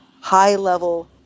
high-level